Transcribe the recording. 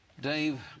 Dave